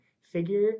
figure